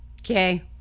Okay